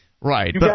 Right